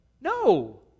No